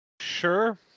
Sure